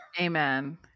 Amen